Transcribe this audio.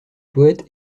poète